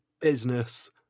business-